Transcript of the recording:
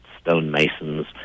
stonemasons